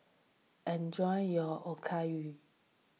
enjoy your Okayu